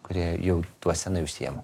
kurie jau tuo senai užsiema